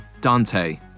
Dante